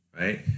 right